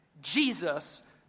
Jesus